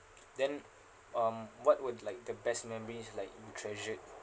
then um what would like the best memories like you treasured